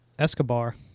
Escobar